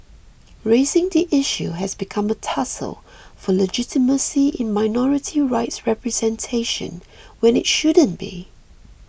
raising the issue has become a tussle for legitimacy in minority rights representation when it shouldn't be